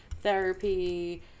therapy